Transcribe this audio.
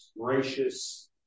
gracious